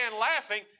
laughing